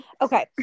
okay